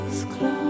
close